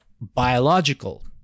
biological